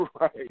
Right